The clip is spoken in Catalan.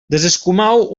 desescumeu